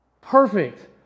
perfect